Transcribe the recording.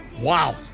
wow